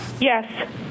Yes